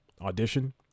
Audition